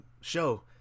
show